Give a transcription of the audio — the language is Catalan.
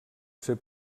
ser